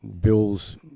bills